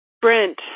Brent